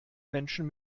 menschen